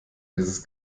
dieses